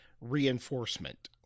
reinforcement